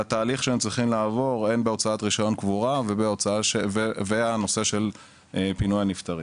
הם מסבירים על הצורך בהוצאת רישיון קבורה ופינוי הנפטרים.